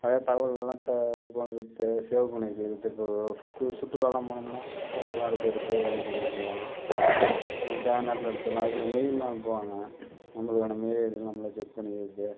நிறையாத் தகவல்கள்லாம் இதுபண்ணுறது சேவ் பண்ணி வைச்சிக்கிறது இப்போது சுற்றுலாலாம் போனோம்னா போட்டோலாம் எடுத்து எடுத்து இதுபண்ணி வைச்சிக்கலாம் நமக்குத் தேவையான இடத்தில் எடுத்துக்கலாம் அதுபோல் மெயில்லாம் அனுப்புவாங்க நம்மளுக்கான மெயிலை ஐடிலாம் நம்மளே செக் பண்ணிக்கிறது